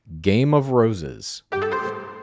gameofroses